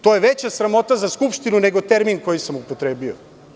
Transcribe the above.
To je veća sramota za Skupštinu nego termin koji sam upotrebio.